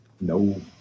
No